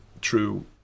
true